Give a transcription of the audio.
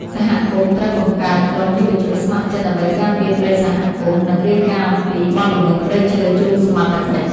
សហគមន៍ត្រូវបង្កើតក្រុមយុវជនស្ម័គ្រចិត្តដើម្បីការពារព្រៃសហគមន៍ និងរាយការណ៍អំពីបទល្មើសព្រៃឈើជូនសមត្ថកិច្ច។